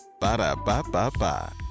Ba-da-ba-ba-ba